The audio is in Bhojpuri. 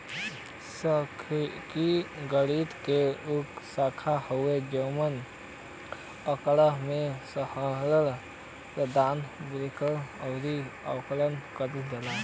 सांख्यिकी गणित क उ शाखा हउवे जेमन आँकड़ा क संग्रहण, प्रदर्शन, वर्गीकरण आउर आकलन करल जाला